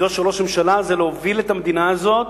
תפקידו של ראש הממשלה הוא להוביל את המדינה הזאת